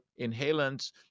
inhalants